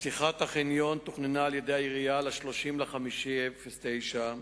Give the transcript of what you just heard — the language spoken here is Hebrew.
פתיחת החניון תוכננה על-ידי העירייה ל-30 במאי 2009,